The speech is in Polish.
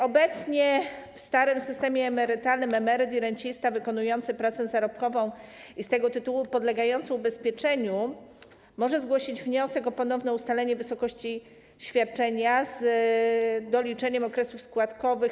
Obecnie, w starym systemie emerytalnym, emeryt i rencista wykonujący pracę zarobkową i z tego tytułu podlegający ubezpieczeniu może zgłosić cztery razy w roku wniosek o ponowne ustalenie wysokości świadczenia z doliczeniem okresów składkowych.